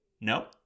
No